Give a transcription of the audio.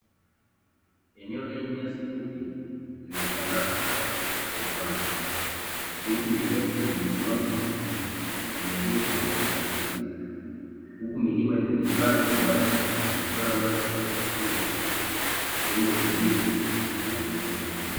Eneo lenye nyasi fupi limetandaa kwa upana, miti mirefu imesimama kwa mialiko ya asili, huku milima ikionekana kwa mbali ikichora mandhari ya kuvutia yenye utulivu wa mazingira.